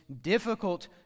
difficult